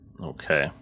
okay